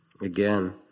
again